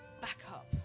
backup